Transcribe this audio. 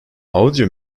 audio